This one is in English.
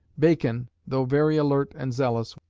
bacon, though very alert and zealous,